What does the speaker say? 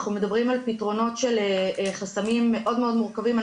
אנחנו מדברים על פתרונות של חסמים מאוד מאוד מורכבים.